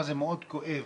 אבל זה מאוד כואב,